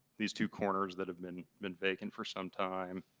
these two corners that have been been vacant for some time.